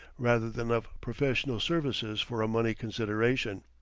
rather than of professional services for a money consideration.